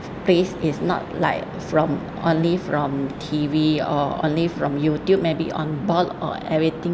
place is not like from only from T_V or only from youtube may be on board or everything